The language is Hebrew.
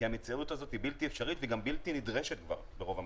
כי המציאות הזאת היא בלתי אפשרית וגם בלתי נדרשת ברוב המקומות.